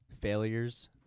failures